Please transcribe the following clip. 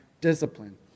discipline